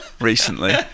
recently